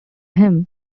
him